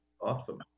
Awesome